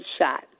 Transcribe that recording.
shot